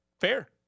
Fair